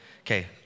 okay